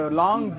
long